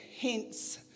hence